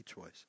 choice